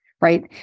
right